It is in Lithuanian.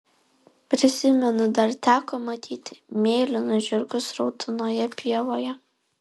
prisimenu dar teko matyti mėlynus žirgus raudonoje pievoje